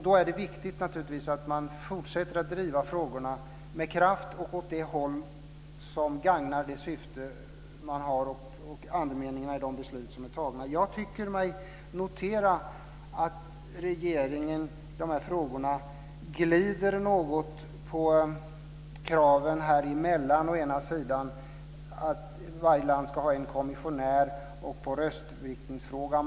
Då är det naturligtvis viktigt att fortsätta driva frågorna med kraft och åt det håll som gagnar syftena med och andemeningarna i de beslut som är fattade. Jag tycker mig notera att regeringen glider något på kraven mellan å ena sida att varje land ska ha en kommissionär och å andra sidan röstviktningsfrågan.